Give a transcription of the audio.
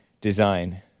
design